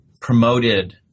promoted